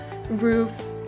roofs